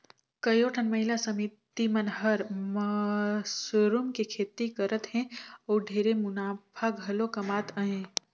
कयोठन महिला समिति मन हर मसरूम के खेती करत हें अउ ढेरे मुनाफा घलो कमात अहे